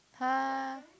!huh!